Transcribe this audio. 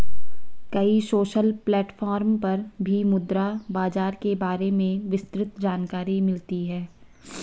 कई social platform पर भी मुद्रा बाजार के बारे में विस्तृत जानकरी मिलती है